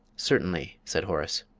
certainly, said horace.